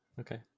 Okay